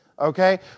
okay